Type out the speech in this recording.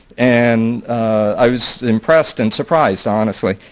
and i was impressed and surprised honestly.